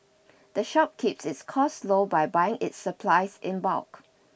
the shop keeps its costs low by buying its supplies in bulk